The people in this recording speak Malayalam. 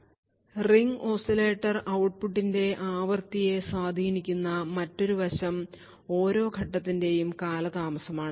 ഈ റിംഗ് ഓസിലേറ്റർ ഔട്ട്പുട്ടിന്റെ ആവൃത്തിയെ സ്വാധീനിക്കുന്ന മറ്റൊരു വശം ഓരോ ഘട്ടത്തിന്റെയും കാലതാമസമാണ്